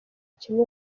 kimwe